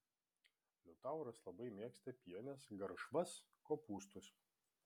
liutauras labai mėgsta pienes garšvas kopūstus